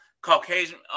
Caucasian